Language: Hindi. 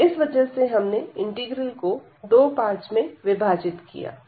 इस वजह से हमने इंटीग्रल को दो पार्ट्स में विभाजित किया